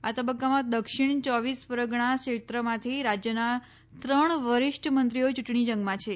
આ તબક્કામાં દક્ષિણ યોવીસ પરગણા ક્ષેત્રમાંથી રાજયના ત્રણ વરિષ્ઠ મંત્રીઓ ચૂંટણી જંગમાં છે